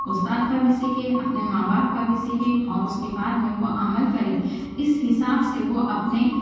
استاد کا بھی سیکھے اپنے ماں باپ کا بھی سیکھے اور اُس کے بعد میں وہ عمل کرے اِس حساب سے وہ اپنے